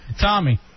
Tommy